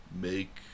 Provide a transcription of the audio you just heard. make